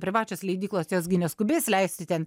privačios leidyklos jos gi neskubės leisti ten